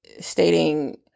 stating